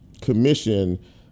Commission